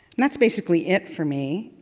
that's basically it for me,